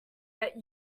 that